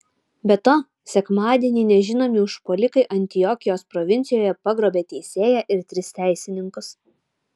be to sekmadienį nežinomi užpuolikai antiokijos provincijoje pagrobė teisėją ir tris teisininkus